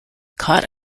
caught